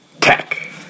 Tech